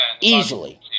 Easily